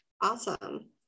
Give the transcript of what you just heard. Awesome